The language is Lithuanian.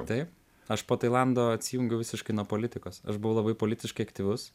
taip aš po tailando atsijungiau visiškai nuo politikos aš buvau labai politiškai aktyvus